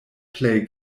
plej